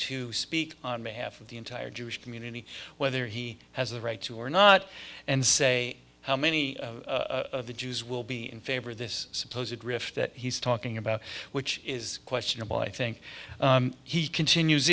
to speak on behalf of the entire jewish community whether he has a right to or not and say how many of the jews will be in favor of this supposed rift that he's talking about which is questionable i think he continues